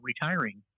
retiring